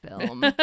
film